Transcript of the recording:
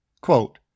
Quote